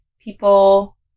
people